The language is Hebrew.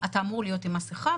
אתה אמור להיות עם מסכה,